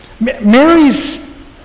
Mary's